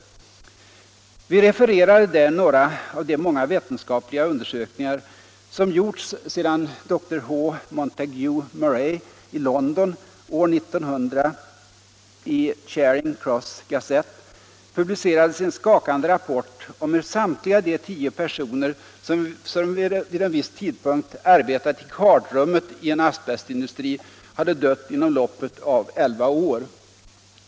Vi refererade där några av de många vetenskapliga undersökningar som gjorts sedan dr H. Montague Murray i London år 1900 i Charing Cross Gazette publicerade sin skakande rapport om hur samtliga de tio personer som vid en viss tidpunkt arbetat i kardrummet i en asbestindustri hade dött inom loppet av elva år.